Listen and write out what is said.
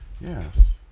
yes